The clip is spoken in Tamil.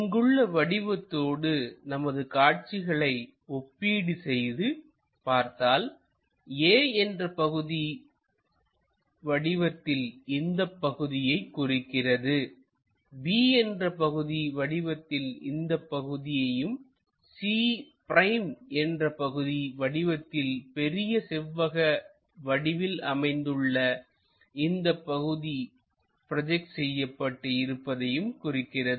இங்குள்ள வடிவத்தோடு நமது காட்சிகளை ஒப்பீடு செய்து பார்த்தால்A என்ற பகுதி வடிவத்தில் இந்தப் பகுதியை குறிக்கிறதுB என்ற பகுதி வடிவத்தில் இந்த பகுதியையும் C' என்ற பகுதி வடிவத்தில் பெரிய செவ்வக வடிவில் அமைந்துள்ள இந்தப் பகுதி ப்ரோஜெக்ட் செய்யப்பட்டு இருப்பதையும் குறிக்கிறது